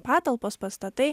patalpos pastatai